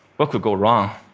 what could go wrong?